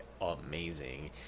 amazing